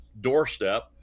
doorstep